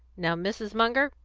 now, mrs. munger,